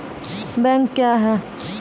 Bank क्या हैं?